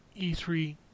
E3